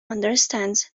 understands